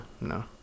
no